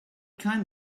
kind